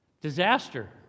Disaster